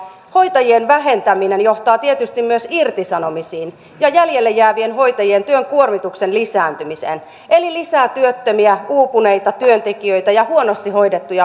hoitajien vähentäminen johtaa tietysti myös irtisanomisiin ja jäljelle jäävien hoitajien työn kuormituksen lisääntymiseen eli lisää työttömiä uupuneita työntekijöitä ja huonosti hoidettuja vanhuksia